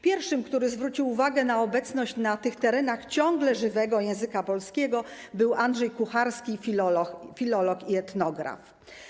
Pierwszym, który zwrócił uwagę na obecność na tych terenach ciągle żywego języka polskiego, był Andrzej Kucharski, filolog i etnograf.